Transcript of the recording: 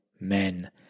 men